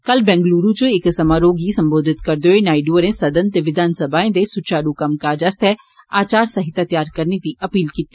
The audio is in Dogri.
कल बेंगलूरू च इक समरोह गी संबोधित करदे होई नायडू होरें सदन ते विधानसभाएं दे सुचारू कम्म काज आस्तै आचार सहिता तैयार करने दी अपील कीती